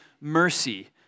mercy